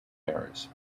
paris